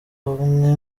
umwe